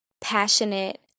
passionate